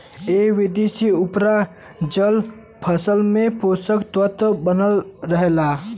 एह विधि से उपराजल फसल में पोषक तत्व बनल रहेला